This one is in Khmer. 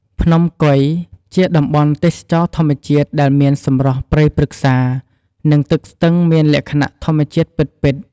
ភ្នំកុយ ជាតំបន់ទេសចរណ៍ធម្មជាតិដែលមានសម្រស់ព្រៃប្រឹក្សា និងទឹកស្ទឹងមានលក្ខណៈធម្មជាតិពិតៗ។